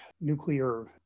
nuclear